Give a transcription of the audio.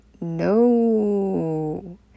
No